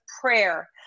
prayer